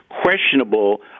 questionable